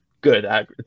good